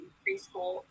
preschool